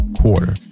quarter